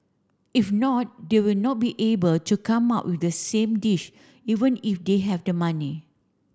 if not they will not be able to come up with the same dish even if they have the money